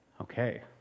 Okay